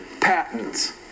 patents